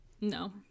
No